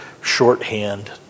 shorthand